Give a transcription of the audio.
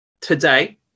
today